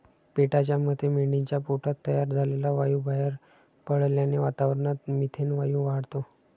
पेटाच्या मते मेंढीच्या पोटात तयार झालेला वायू बाहेर पडल्याने वातावरणात मिथेन वायू वाढतो